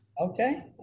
Okay